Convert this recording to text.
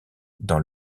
dans